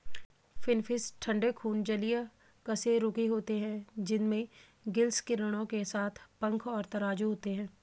finfish ठंडे खून जलीय कशेरुकी होते हैं जिनमें गिल्स किरणों के साथ पंख और तराजू होते हैं